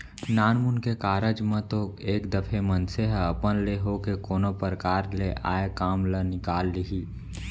नानमुन के कारज म तो एक दफे मनसे ह अपन ले होके कोनो परकार ले आय काम ल निकाल लिही